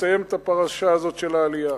ולסיים את הפרשה הזאת של העלייה.